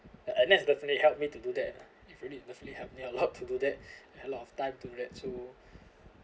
and that's definitely helped me to do that if really definitely helped me a lot to that have a lot of time to vet through